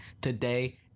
today